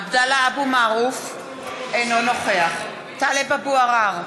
עבדאללה אבו מערוף, אינו נוכח טלב אבו עראר,